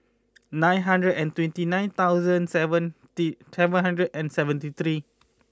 nine hundred and twenty nine thousand seventy seven hundred and seventy three